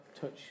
touch